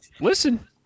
listen